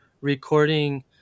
recording